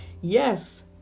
Yes